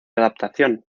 adaptación